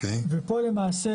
ופה למעשה